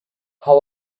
how